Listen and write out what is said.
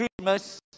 Christmas